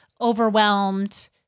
overwhelmed